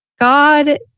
God